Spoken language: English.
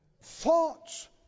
Thoughts